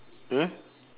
hmm